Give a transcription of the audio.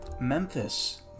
Memphis